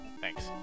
Thanks